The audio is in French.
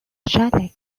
challex